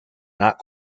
not